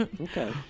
Okay